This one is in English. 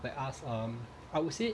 they ask um I would say